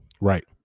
right